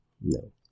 No